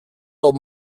the